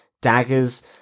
daggers